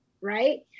right